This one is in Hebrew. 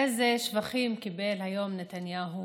איזה שבחים קיבל היום נתניהו